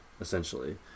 essentially